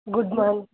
good morning